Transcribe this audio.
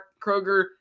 Kroger